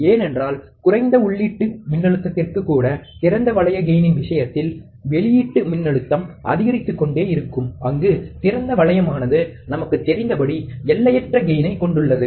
ஏனென்றால் குறைந்த உள்ளீட்டு மின்னழுத்தத்திற்கு கூட திறந்த வளைய கெயினின் விஷயத்தில் வெளியீட்டு மின்னழுத்தம் அதிகரித்துக்கொண்டே இருக்கும் அங்கு திறந்த வளையமானது நமக்குத் தெரிந்தபடி எல்லையற்ற கெயினைக் கொண்டுள்ளது